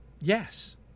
yes